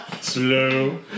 Slow